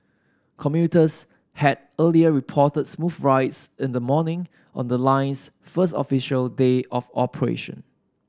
commuters had earlier reported smooth rides in the morning on the line's first official day of operation